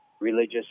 religious